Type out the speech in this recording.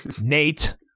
Nate